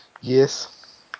Yes